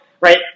right